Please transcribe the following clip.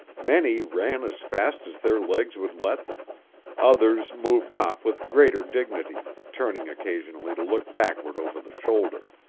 many ran as fast as their legs would let them others moved off with greater dignity, turning occasionally to look backward over the shoulder.